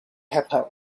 happen